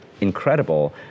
incredible